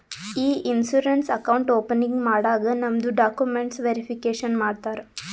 E insurance account opening ಮಾಡಾಗ್ ನಮ್ದು documents verification ಮಾಡ್ತಾರ